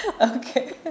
Okay